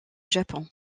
japon